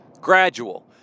Gradual